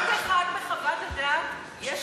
אין משפט אחד בחוות הדעת על כך שיש